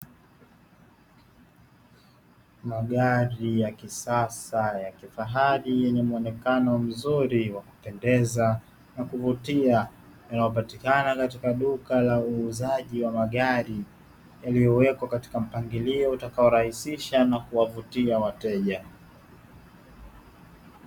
Magari ya kisasa ya kifahari yenye muonekano mzuri wa kupenda na kuvutia yanayopatikana katika duka la uuzaji wa magari, yaliyowekwa katika mpangilio utakaorahisisha na kuwavutia wateja.